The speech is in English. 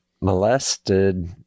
molested